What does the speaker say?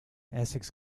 essex